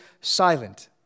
silent